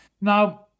Now